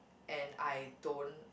and I don't